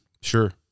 Sure